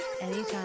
anytime